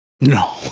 No